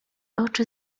oczy